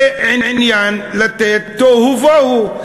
זה לעשות תוהו ובוהו,